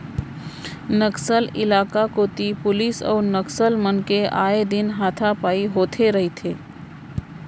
नक्सल इलाका कोती पुलिस अउ नक्सल मन के आए दिन हाथापाई होथे रहिथे